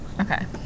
Okay